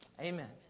Amen